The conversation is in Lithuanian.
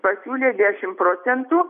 pasiūlė dešim procentų